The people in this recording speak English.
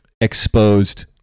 exposed